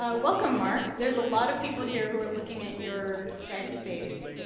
ah welcome, mark. there's a lot of people here who are looking at your skyped face.